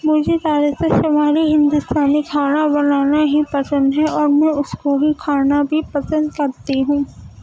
مجھے زیادہ تر شمالی ہندوستانی کھانا بنانا ہی پسند ہے اور میں اس کو بھی کھانا بھی پسند کرتی ہوں